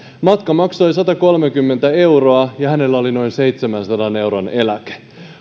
matka maksoi satakolmekymmentä euroa ja hänellä oli noin seitsemänsadan euron eläke